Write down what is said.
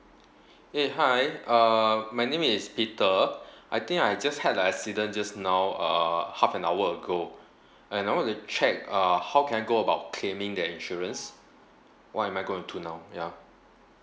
eh hi uh my name is peter I think I just had a accident just now uh half an hour ago and I want to check uh how can I go about claiming the insurance what am I going to do now ya